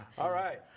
alright,